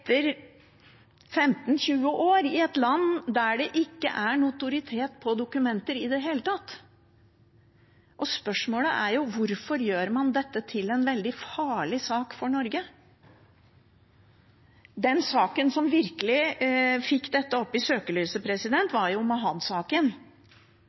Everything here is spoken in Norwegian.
land der det ikke er notoritet på dokumenter i det hele tatt? Spørsmålet er: Hvorfor gjør man dette til en veldig farlig sak for Norge? Den saken som virkelig fikk dette fram i søkelyset,